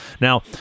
Now